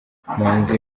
umuhanzi